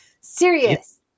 Serious